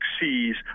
sees